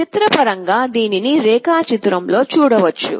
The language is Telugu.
చిత్రపరంగా దీనిని రేఖాచిత్రంలో చూడవచ్చు